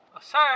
Sir